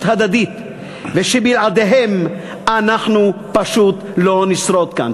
הדדית ושבלעדיהם אנחנו פשוט לא נשרוד כאן.